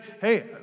hey